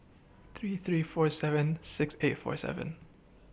three three four seven six eight four seven